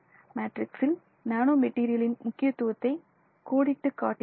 மேட்ரிக்சில் nano material இன் முக்கியத்துவத்தை கோடிட்டுக் காட்டுகிறது